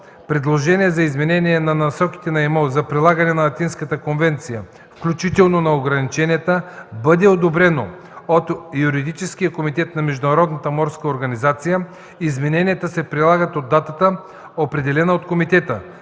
предложение за изменение на Насоките на ИМО за прилагане на Атинската конвенция, включително на ограниченията, бъде одобрено от Юридическия комитет на Международната морска организация, измененията се прилагат от датата, определена от комитета.